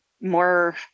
more